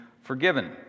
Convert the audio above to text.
forgiven